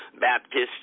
Baptist